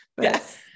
Yes